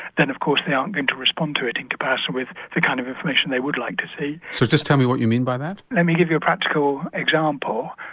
then of course they aren't going to respond to it in comparison with the kind of information they would like to see. so just tell me what you mean by that? let me give you a practical example.